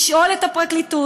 לשאול את הפרקליטות,